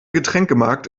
getränkemarkt